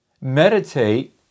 Meditate